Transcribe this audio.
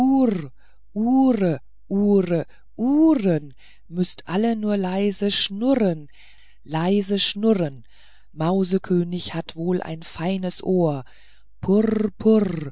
uhren müßt alle nur leise schnurren leise schnurren mausekönig hat ja wohl ein feines ohr purr